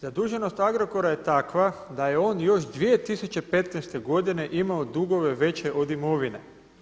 Zaduženost Agrokora je takva da je on još 2015. godine imao dugove veće od imovine.